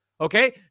Okay